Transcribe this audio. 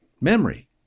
memory